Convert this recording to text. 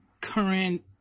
current